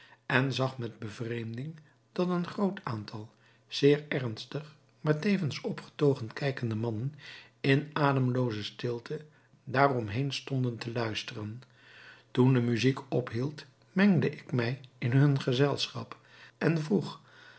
en zag met bevreemding dat een groot aantal zeer ernstig maar tevens opgetogen kijkende mannen in ademlooze stilte daarom heen stonden te luisteren toen de muziek ophield mengde ik mij in hun gezelschap en vroeg